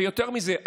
ויותר מזה,